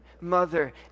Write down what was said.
Mother